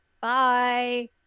bye